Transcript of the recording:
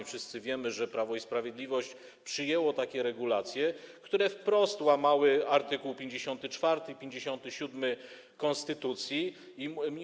Wszyscy wiemy, że Prawo i Sprawiedliwość przyjęło takie regulacje, które wprost łamią art. 54 i 57 konstytucji.